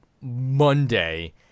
monday